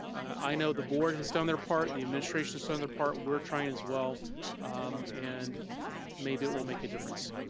i know the board has done their part, the administration's done their part we're trying as well and maybe it will make a difference.